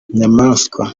nyamanswa